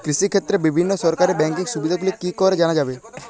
কৃষিক্ষেত্রে বিভিন্ন সরকারি ব্যকিং সুবিধাগুলি কি করে জানা যাবে?